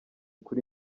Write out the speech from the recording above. kuri